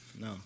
No